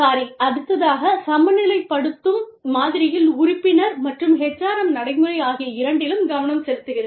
sorry அடுத்ததாக சமநிலைப்படுத்தும் மாதிரியில் உறுப்பினர் மற்றும் HRM நடைமுறை ஆகிய இரண்டிலும் கவனம் செலுத்துகிறது